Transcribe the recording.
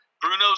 bruno's